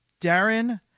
Darren